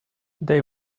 they